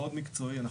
מאוד מקצועי,